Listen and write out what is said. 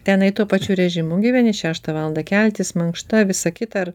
tenai tuo pačiu režimu gyveni šeštą valandą keltis mankšta visa kita ar